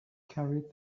carried